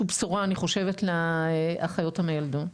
שהוא בשורה אני חושבת לאחיות המלמדות.